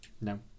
No